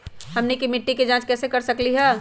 हमनी के मिट्टी के जाँच कैसे कर सकीले है?